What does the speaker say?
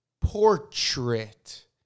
portrait